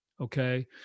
Okay